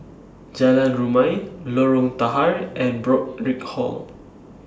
Jalan Rumia Lorong Tahar and Burkill Hall